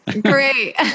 Great